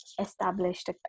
established